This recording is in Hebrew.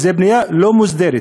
זו בנייה לא מוסדרת.